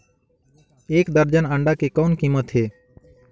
एक दर्जन अंडा के कौन कीमत हे?